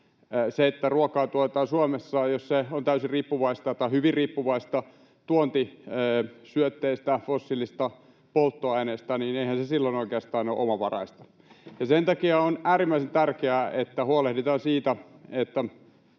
Jos ruokaa tuotetaan Suomessa ja se on täysin riippuvaista tai hyvin riippuvaista tuontisyötteistä, fossiilisista polttoaineista, niin eihän se silloin oikeastaan ole omavaraista. Ja sen takia on äärimmäisen tärkeää, että huolehditaan siitä,